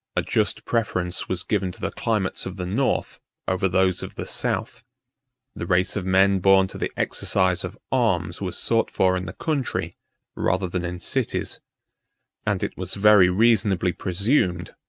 a just preference was given to the climates of the north over those of the south the race of men born to the exercise of arms was sought for in the country rather than in cities and it was very reasonably presumed,